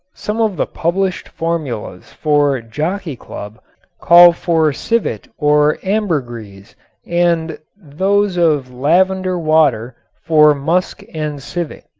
some of the published formulas for jockey club call for civet or ambergris and those of lavender water for musk and civet.